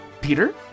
Peter